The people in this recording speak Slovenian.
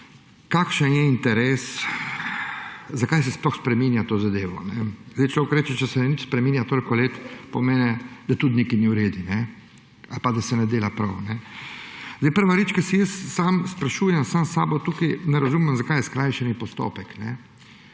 kakšen je interes, zakaj se sploh spreminja ta zadevo. Človek bi rekel, če se ni nič spreminjalo toliko let, pomeni, da tudi nekaj ni v redu ali pa da se ne dela prav. Prva stvar, ki se jo sam sprašujem, ne razumem, zakaj je skrajšani postopek.